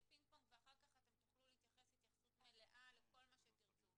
פינג פונג ואחר כך אתם תוכלו להתייחס התייחסות מלאה לכל מה שתרצו.